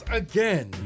again